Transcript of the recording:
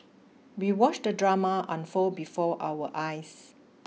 we watched the drama unfold before our eyes